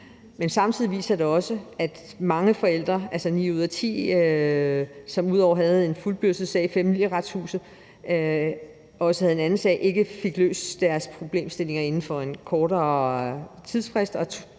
men samtidig viser den også, at mange forældre – ni ud af ti – som ud over at have en fuldbyrdelsessag i Familieretshuset også havde en anden sag, ikke fik løst deres problemstillinger inden for en kortere tidsfrist,